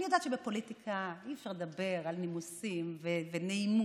אני יודעת שבפוליטיקה אי-אפשר לדבר על נימוסים ונעימות,